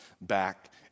back